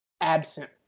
absent